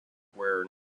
where